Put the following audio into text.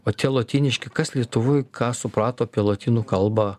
o tie lotyniški kas lietuvoj ką suprato apie lotynų kalbą